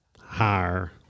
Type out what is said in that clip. higher